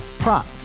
Prop